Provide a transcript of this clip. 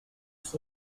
has